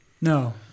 No